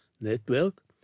network